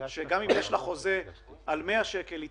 שגם אם יש לה חוזה על 100 שקל אתם,